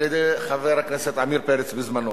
על-ידי חבר הכנסת עמיר פרץ בזמנו.